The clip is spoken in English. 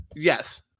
Yes